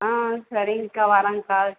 ஆ சரிங்க்கா வரேங்க்கா